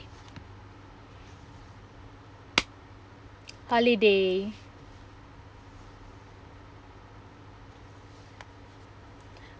holiday